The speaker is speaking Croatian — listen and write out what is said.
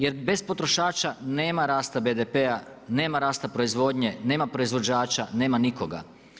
Jer bez potrošača nema rasta BDP-a, nema rasta proizvodnje, nema proizvođača, nema nikoga.